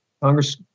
Congress